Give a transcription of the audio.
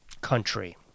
country